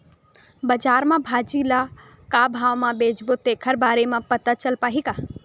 बजार में भाजी ल का भाव से बेचबो तेखर बारे में पता चल पाही का?